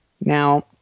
Now